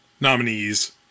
nominees